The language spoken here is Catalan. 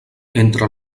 entre